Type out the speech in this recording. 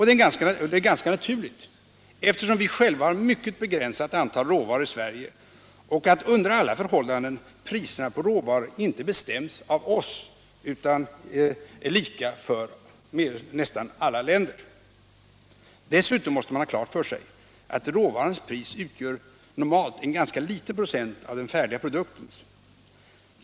Detta är ganska naturligt, eftersom vi själva har ett mycket begränsat antal råvaror i Sverige och priserna på råvaror under alla förhållanden inte bestäms av oss utan är lika för nästan alla länder. Dessutom måste man ha klart för sig att råvarans pris normalt utgör en ganska liten procent av den färdiga produktens pris.